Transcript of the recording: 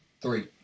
Three